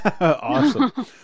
Awesome